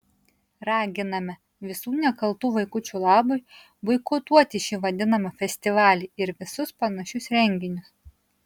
raginame visų nekaltų vaikučių labui boikotuoti šį vadinamą festivalį ir visus panašius renginius